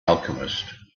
alchemist